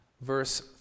verse